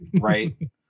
right